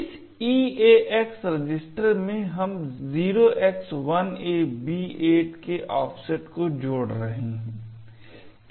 इस EAX register में हम 0x1AB8 के ऑफसेट को जोड़ रहे हैं